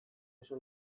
oso